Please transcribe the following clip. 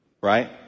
right